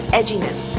edginess